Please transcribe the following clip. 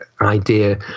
idea